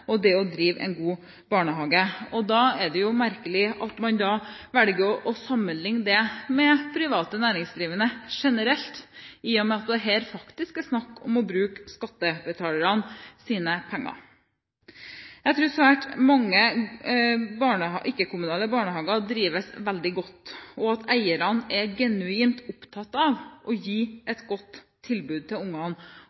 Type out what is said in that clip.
og det å drive en god barnehage. Da er det merkelig at man velger å sammenligne det med private næringsdrivende generelt, i og med at det her faktisk er snakk om å bruke skattebetalernes penger. Jeg tror at svært mange ikke-kommunale barnehager drives veldig godt, og at eierne er genuint opptatt av å gi